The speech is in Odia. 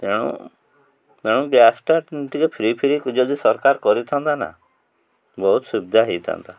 ତେଣୁ ତେଣୁ ଗ୍ୟାସ୍ଟା ଟିକେ ଫ୍ରି ଫ୍ରି ଯଦି ସରକାର କରିଥାନ୍ତା ନା ବହୁତ ସୁବିଧା ହୋଇଥାନ୍ତା